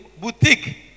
boutique